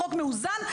החוק מאוזן,